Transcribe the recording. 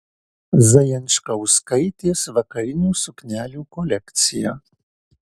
zajančkauskaitės vakarinių suknelių kolekcija